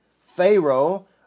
Pharaoh